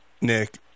Nick